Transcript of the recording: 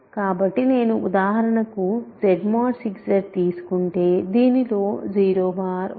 కాబట్టి నేను ఉదాహరణకు Z mod 6 Z తీసుకుంటే దీనిలో 012